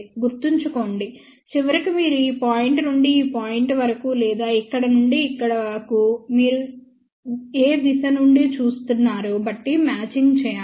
గుర్తుంచుకోండి చివరికి మీరు ఈ పాయింట్ నుండి ఈ పాయింట్ వరకు లేదా ఇక్కడ నుండి ఇక్కడకు మీరు ఏ దిశ నుండి చూస్తున్నారో బట్టి మ్యాచింగ్ చేయాలి